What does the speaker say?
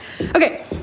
Okay